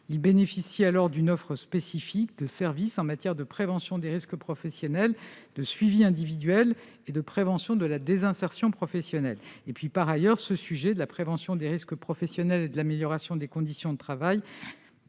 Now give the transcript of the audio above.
Ils bénéficient alors d'une offre spécifique de services en matière de prévention des risques professionnels, de suivi individuel et de prévention de la désinsertion professionnelle. Par ailleurs, ce sujet de la prévention des risques professionnels et de l'amélioration des conditions de travail